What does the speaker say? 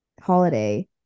holiday